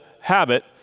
habit